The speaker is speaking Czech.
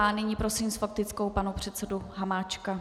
Nyní prosím s faktickou pana předsedu Hamáčka.